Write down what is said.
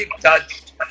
touched